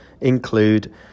include